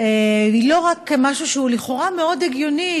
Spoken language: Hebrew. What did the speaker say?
היא לא רק משהו שהוא לכאורה מאוד הגיוני,